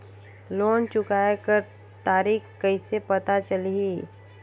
Loan चुकाय कर तारीक कइसे पता चलही?